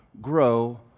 grow